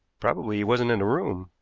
probably he wasn't in the room,